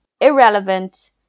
irrelevant